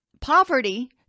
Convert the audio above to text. poverty